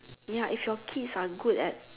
ya if your kids are good at